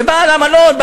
ובעל המלון,